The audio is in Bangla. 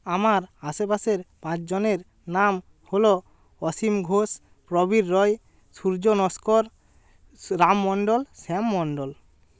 আমার আশেপাশের পাঁচজনের নাম হলো অসীম ঘোষ প্রবীর রয় সূর্য নস্কর সুরাম মন্ডল শ্যাম মন্ডল